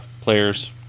players